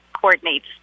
coordinates